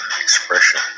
expression